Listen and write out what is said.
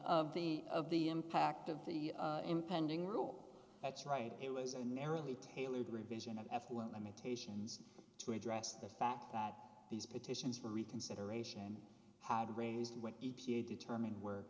of the of the impact of the impending rule that's right it was a narrowly tailored revision of absolute limitations to address the fact that these petitions for reconsideration had raised what e p a determined were